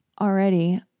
Already